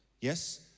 yes